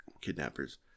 kidnappers